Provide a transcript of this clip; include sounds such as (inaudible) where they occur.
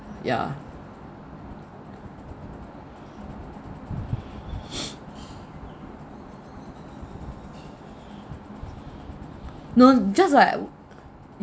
yeah (breath) no just like